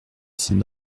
ses